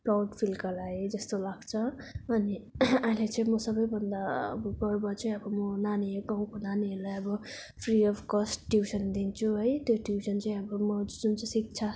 proud feel गराएँ जस्तो लाग्छ अनि अहिले चाहिँ म सबैभन्दा अब गर्व चाहिँ अब म नानीहरू गाउँको नानीहरूलाई अब फ्री अफ कस्ट ट्युसन दिन्छु है त्यो ट्युसन चाहिँ अब म जुन चाहिँ शिक्षा